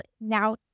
now